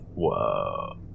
Whoa